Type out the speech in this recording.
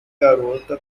garota